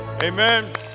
Amen